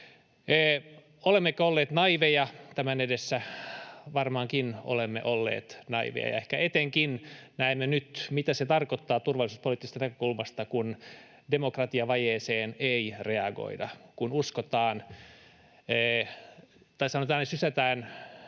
Olemmeko olleet naiiveja tämän edessä? Varmaankin olemme olleet naiiveja. Ja ehkä etenkin näemme nyt, mitä se tarkoittaa turvallisuuspoliittisesta näkökulmasta, kun de-mokratiavajeeseen ei reagoida, kun sysätään